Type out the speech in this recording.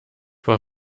war